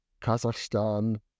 Kazakhstan